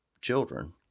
children